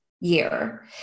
year